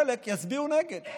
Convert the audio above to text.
חלק יצביעו נגד.